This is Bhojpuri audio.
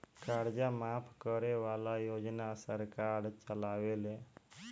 कर्जा माफ करे वाला योजना सरकार चलावेले